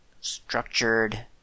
structured